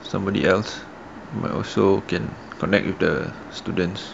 somebody else might also can connect with the students